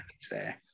say